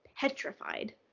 petrified